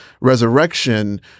resurrection